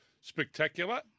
spectacular